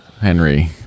Henry